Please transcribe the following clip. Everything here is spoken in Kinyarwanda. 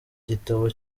gitabo